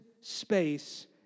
space